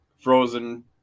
Frozen